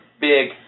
big